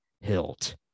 hilt